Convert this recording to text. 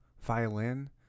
Violin